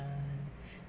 mm